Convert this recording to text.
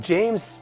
James